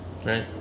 right